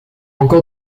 encore